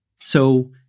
So-